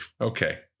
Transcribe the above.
Okay